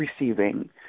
receiving